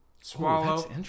swallow